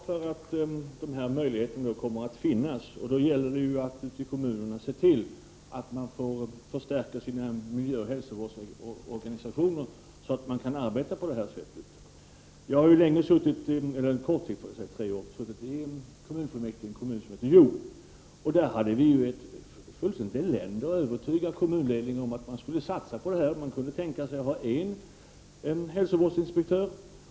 Herr talman! Jag är glad för att dessa möjligheter nu kommer att finnas för kommunerna. Då gäller det ute i kommunerna att se till att man kan förstärka sina miljöoch hälsovårdsorganisationer för att kunna arbeta på avsett sätt. Jag har suttit tre år i kommunfullmäktige i Hjo kommun. Där hade vi ett fullständigt elände att övertyga kommunledningen om att man skulle satsa på det här. Man kunde tänka sig att ha en hälsovårdsinspektör.